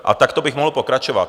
A takto bych mohl pokračovat.